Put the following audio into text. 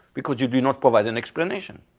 because you did not provide an explanation.